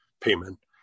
payment